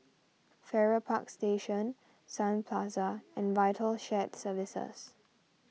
Farrer Park Station Sun Plaza and Vital Shared Services